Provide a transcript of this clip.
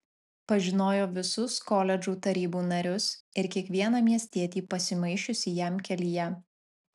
pažinojo visus koledžų tarybų narius ir kiekvieną miestietį pasimaišiusį jam kelyje